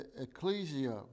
ecclesia